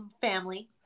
family